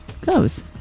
goes